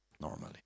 normally